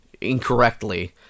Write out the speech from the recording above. incorrectly